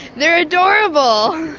they're adorable!